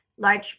large